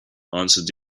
answered